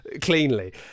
cleanly